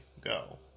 go